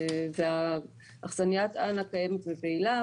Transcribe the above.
האכסניה קיימת ופעילה,